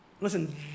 Listen